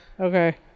Okay